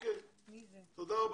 תודה רבה.